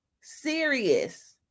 serious